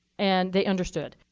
and they understood.